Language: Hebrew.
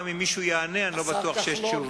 גם אם מישהו יענה, אני לא בטוח שיש תשובה.